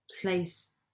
place